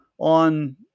On